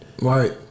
Right